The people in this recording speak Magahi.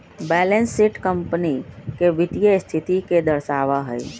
बैलेंस शीट कंपनी के वित्तीय स्थिति के दर्शावा हई